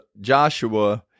Joshua